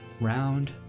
round